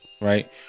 right